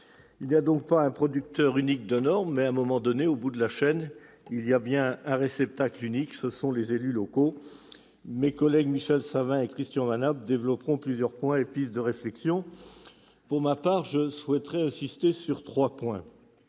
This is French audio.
Il n'y a donc pas un producteur unique de normes, mais, à un moment donné, au bout de la chaîne, il y a bel et bien un réceptacle unique : les élus locaux. Mes collègues Michel Savin et Christian Manable développeront plusieurs points et pistes d'évolution. Pour ma part, je souhaite insister sur trois points.